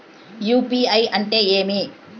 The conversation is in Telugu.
యు.పి.ఐ అంటే ఏమి?